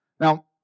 Now